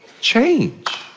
change